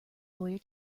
lawyer